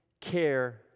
care